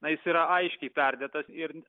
na jis yra aiškiai perdėtas ir